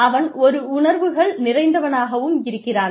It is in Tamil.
அவன் ஒரு உணர்வுகள் நிறைந்தவனாகவும் இருக்கிறான்